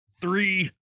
three